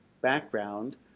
background